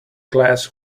glass